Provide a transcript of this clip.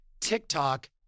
TikTok